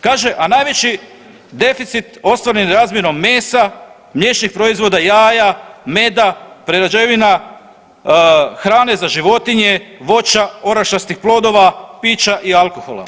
Kaže, a najveći deficit ostvaren je razmjenom mesa, mliječnih proizvoda, jaja, meda, prerađevina hrane za životnije, voća, orašastih plodova, pića i alkohola.